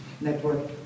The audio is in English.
network